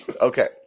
Okay